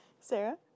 Sarah